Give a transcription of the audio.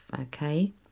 okay